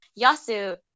Yasu